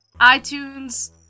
iTunes